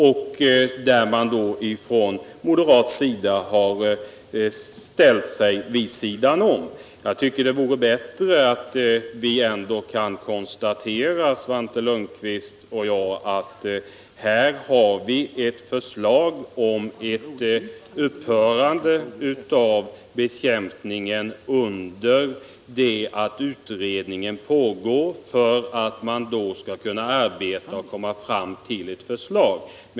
På moderathåll har man emellertid ställt sig vid sidan om. Jag tycker att det vore bättre om Svante Lundkvist och jag kunde konstatera att vi här har ett gemensamt förslag om att användningen av dessa bekämpningsmedel skall upphöra under det att utredningen pågår, för att denna skall kunna arbeta och komma fram till ett genomarbetat förslag.